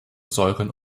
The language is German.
säuren